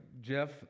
Jeff